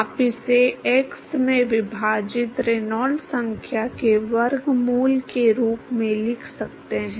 आप इसे x से विभाजित रेनॉल्ड्स संख्या के वर्गमूल के रूप में लिख सकते हैं